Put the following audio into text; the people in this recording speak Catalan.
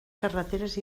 carreteres